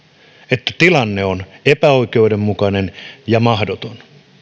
että tilanne on epäoikeudenmukainen ja mahdoton